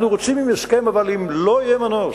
אנחנו רוצים עם הסכם, אבל אם לא יהיה מנוס,